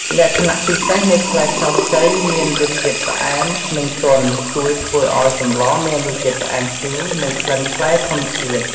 លក្ខណៈពិសេសនៃផ្លែខ្នុរខ្ចីមានរសជាតិផ្អែម និងទន់ ជួយធ្វើឱ្យសម្លមានរសជាតិផ្អែមជូរ និងក្លិនផ្លែធម្មជាតិ។